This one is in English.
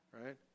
Right